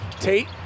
Tate